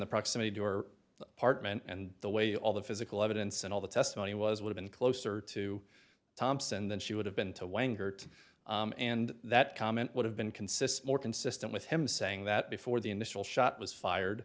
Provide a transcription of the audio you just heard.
the proximity door apartment and the way all the physical evidence and all the testimony was would have been closer to thompson than she would have been to wang hurt and that comment would have been consists more consistent with him saying that before the initial shot was fired